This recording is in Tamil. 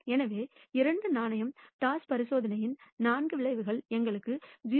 எனவே இரண்டு நாணயம் டாஸ் பரிசோதனையின் நான்கு விளைவுகளும் எங்களுக்கு 0